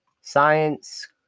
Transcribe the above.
Science